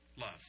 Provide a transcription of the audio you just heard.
love